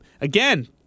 again